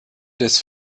des